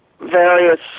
various